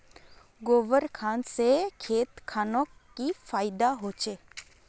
गोबर खान से खेत खानोक की फायदा होछै?